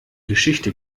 geschichte